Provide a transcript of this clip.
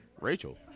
Rachel